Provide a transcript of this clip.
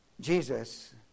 Jesus